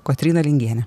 kotryna lingienė